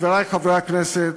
חברי חברי הכנסת,